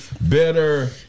better